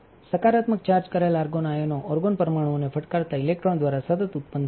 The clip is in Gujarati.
સકારાત્મક ચાર્જ કરેલ આર્ગોન આયનો એર્ગોન પરમાણુઓને ફટકારતા ઇલેક્ટ્રોન દ્વારા સતત ઉત્પન્ન થાય છે